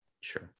Sure